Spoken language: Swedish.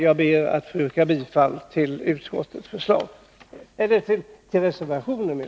Jag ber att få yrka bifall till reservationen.